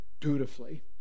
dutifully